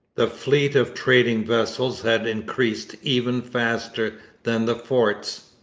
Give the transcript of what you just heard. the fleet of trading vessels had increased even faster than the forts.